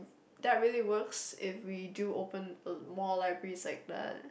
that really works if we do open uh more libraries like that